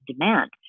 demand